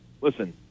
listen